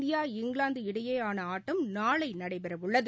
India England இடையேயான ஆட்டம் நாளை நடைபெறவுள்ளது